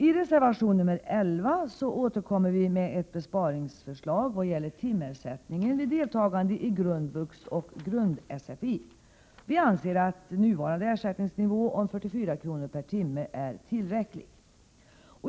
I reservation 11 återkommer vi med ett besparingsförslag vad gäller timersättningen vid deltagande i grundvux och grund-sfi. Vi anser att nuvarande ersättningsnivå om 44 kr. per timme är tillräcklig.